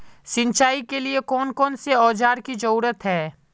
सिंचाई के लिए कौन कौन से औजार की जरूरत है?